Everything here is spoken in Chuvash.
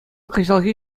кӑҫалхи